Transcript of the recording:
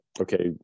okay